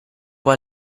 può